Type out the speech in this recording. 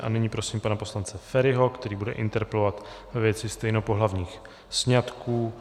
A nyní prosím pana poslance Feriho, který bude interpelovat ve věci stejnopohlavních sňatků.